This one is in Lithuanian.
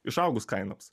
išaugus kainoms